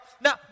now